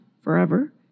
forever